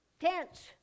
tents